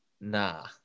nah